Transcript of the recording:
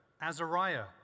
Azariah